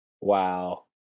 Wow